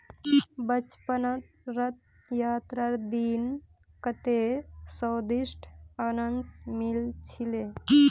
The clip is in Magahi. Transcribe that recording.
बचपनत रथ यात्रार दिन कत्ते स्वदिष्ट अनन्नास मिल छिले